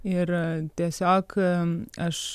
ir tiesiog aš